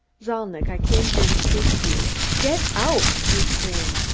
zalnitch, i came here to speak to you. get out! he screamed.